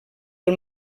del